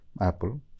Apple